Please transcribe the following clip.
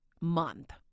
month